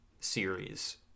series